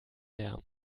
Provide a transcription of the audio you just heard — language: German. lärm